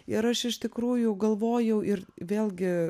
ir aš iš tikrųjų galvojau ir vėlgi